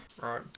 Right